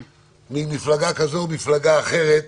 ממפלגה כזאת או ממפלגה אחרת.